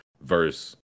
verse